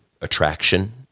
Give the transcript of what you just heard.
attraction